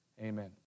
Amen